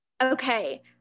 Okay